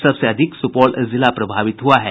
सबसे अधिक सुपौल जिला प्रभावित हुआ है